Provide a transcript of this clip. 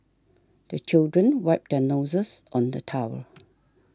the children wipe their noses on the towel